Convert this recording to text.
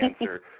answer